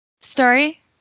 story